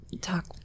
talk